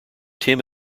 tim